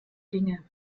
dinge